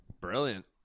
Brilliant